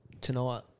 tonight